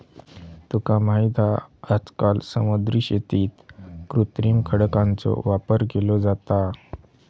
तुका माहित हा आजकाल समुद्री शेतीत कृत्रिम खडकांचो वापर केलो जाता